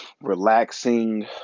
relaxing